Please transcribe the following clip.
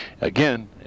again